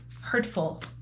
hurtful